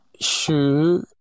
shoe